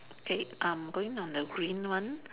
K I'm going on the green one